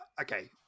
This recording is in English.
okay